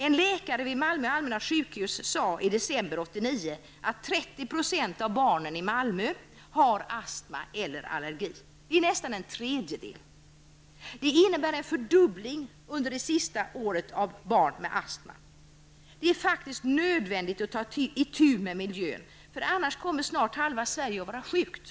En läkare vid Malmö allmänna sjukhus sade i december 1989 att 30 % av barnen i Malmö har astma eller allergi. Det är nästan en tredjedel av barnen. Det är faktiskt nödvändigt att ta itu med miljön, annars kommer snart halva Sverige att vara sjukt.